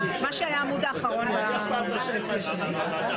להגיד: את מה שעשיתם לנו אנחנו עושים לכם